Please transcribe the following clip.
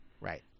Right